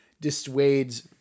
dissuades